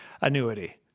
annuity